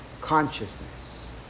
consciousness